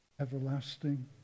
Everlasting